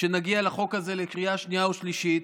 כשנגיע בחוק הזה לקריאה שנייה ושלישית,